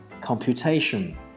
computation